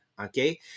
Okay